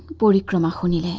body cannot